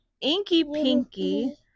inky-pinky